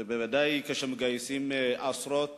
ודאי כשמגייסים עשרות